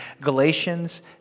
Galatians